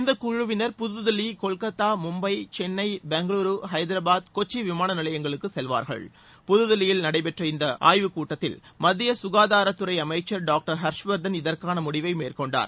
இந்தக் குழுவினர் புதுதில்லி கொல்கத்தா மும்பை சென்னை பெங்களுரு ஹைதராபாத் கொச்சி விமான நிலையங்களுக்கு செல்வார்கள் புதுதில்லியில் நடைபெற்ற இதுகுறித்த ஆய்வுக் கூட்டத்தில் மத்திய சுகாதாரத்துறை அமைச்சர் டாக்டர் ஹர்ஷ்வர்த்தன் இதற்கான முடிவை மேற்கொண்டார்